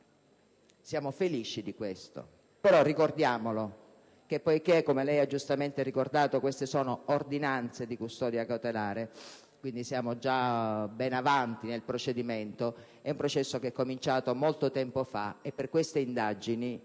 siamo felici. Poiché però, come lei ha giustamente ricordato, queste sono ordinanze di custodia cautelare, quindi siamo già ben avanti nel procedimento; è un processo cominciato molto tempo fa e per queste indagini